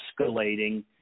escalating